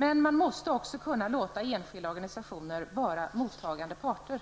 Men man måste också kunna låta enskilda organisationer vara mottagande parter